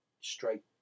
straight